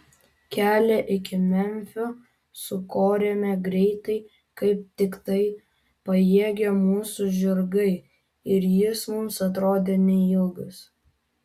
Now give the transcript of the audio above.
kelią iki memfio sukorėme greitai kaip tiktai pajėgė mūsų žirgai ir jis mums atrodė neilgas